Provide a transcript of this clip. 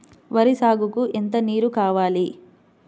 వరి సాగుకు ఎంత నీరు కావాలి?